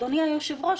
אדוני היושב-ראש,